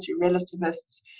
relativists